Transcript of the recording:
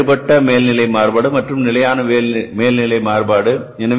பின்னர் வேறுபட்ட மேல்நிலை மாறுபாடு மற்றும் நிலையான மேல்நிலை மாறுபாடு